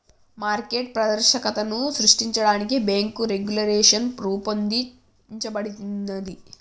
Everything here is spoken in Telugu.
మార్కెట్ పారదర్శకతను సృష్టించడానికి బ్యేంకు రెగ్యులేషన్ రూపొందించబడినాది